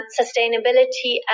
sustainability